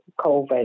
COVID